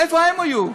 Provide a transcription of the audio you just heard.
איפה הם היו?